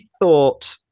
thought